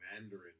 Mandarin